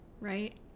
Right